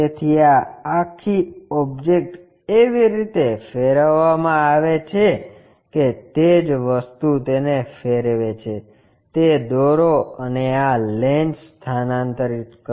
તેથી આ આખી ઓબ્જેક્ટ એવી રીતે ફેરવવામાં આવે છે કે તે જ વસ્તુ તેને ફેરવે છે તે દોરો અને આ લેન્સ સ્થાનાંતરિત કરો